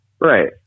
right